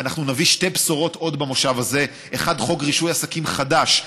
ואנחנו נביא שתי בשורות עוד במושב הזה: 1. חוק רישוי עסקים חדש,